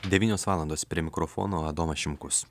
devynios valandos prie mikrofono adomas šimkus